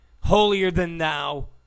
holier-than-thou